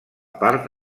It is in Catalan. part